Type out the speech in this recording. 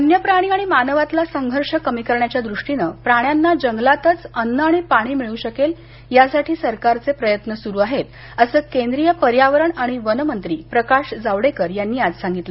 वन्य प्राणी आणि मानावातला संघर्ष कमी करण्याच्या दृष्टीनं प्राण्यांना जंगलातच अन्न आणि पाणी मिळू शकेल यासाठी सरकारचे प्रयत्न सुरू आहेत अस केंद्रीय पर्यावरण आणि वन मंत्री प्रकाश जावडेकर यांनी आज सांगितलं